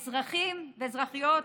אזרחים ואזרחיות